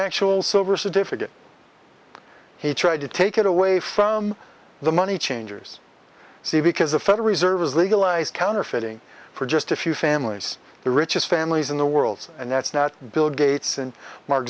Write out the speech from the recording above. actual silver certificate he tried to take it away from the money changers see because the federal reserve is legalized counterfeiting for just a few families the richest families in the world and that's not bill gates and mar